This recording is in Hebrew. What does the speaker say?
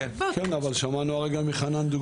כן, אבל שמענו הרגע מחנן דוגמה